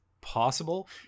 possible